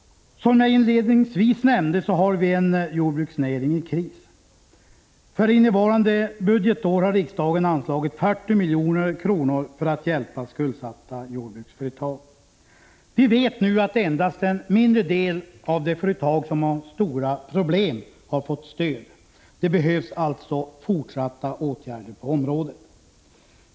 Som jag inledningsvis nämnde har vi en jordbruksnäring i kris. För innevarande budgetår har riksdagen anslagit 40 milj.kr. för att hjälpa skuldsatta jordbruksföretag. Vi vet nu att endast en mindre del av de företag som har stora problem har fått stöd. Det behövs alltså fortsatta åtgärder på området.